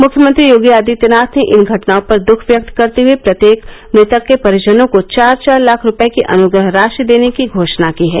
मुख्यमंत्री योगी आदित्यनाथ ने इन घटनाओं पर दुख व्यक्त करते हुए प्रत्येक मृतक के परिजनों को चार चार लाख रूपये की अनग्रह राशि देने की घोषणा की है